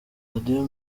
radio